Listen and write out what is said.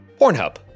Pornhub